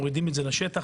מורידים את זה לשטח.